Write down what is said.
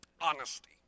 honesty